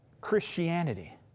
Christianity